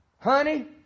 Honey